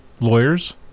lawyers